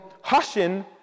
hushing